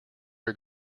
are